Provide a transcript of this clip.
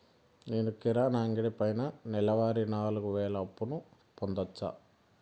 నేను కిరాణా అంగడి పైన నెలవారి నాలుగు వేలు అప్పును పొందొచ్చా?